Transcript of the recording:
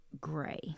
gray